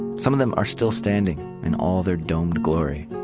some of them are still standing in all their dome glory